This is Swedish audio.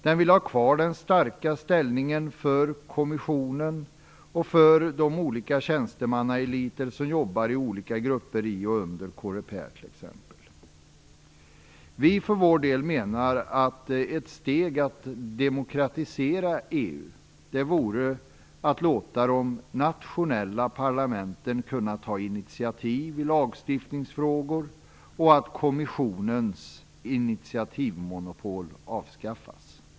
Man vill ha kvar den starka ställningen för kommissionen och för de olika tjänstemannaeliter som jobbar i olika grupper i och under Vi för vår del menar att ett steg mot att demokratisera EU vore att låta de nationella parlamenten ta initiativ i lagstiftningsfrågor och att kommissionens initiativmonopol avskaffas.